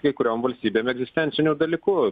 kai kuriom valstybėm egzistenciniu dalyku